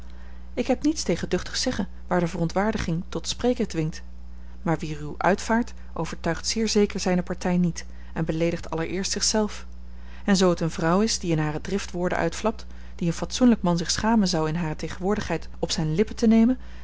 ik heb niets tegen duchtig zeggen waar de verontwaardiging tot spreken dwingt maar wie ruw uitvaart overtuigt zeer zeker zijne partij niet en beleedigt allereerst zich zelf en zoo het eene vrouw is die in hare drift woorden uitflapt die een fatsoenlijk man zich schamen zou in hare tegenwoordigheid op zijne lippen te nemen